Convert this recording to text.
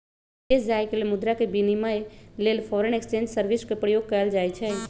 विदेश जाय के लेल मुद्रा के विनिमय लेल फॉरेन एक्सचेंज सर्विस के प्रयोग कएल जाइ छइ